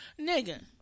nigga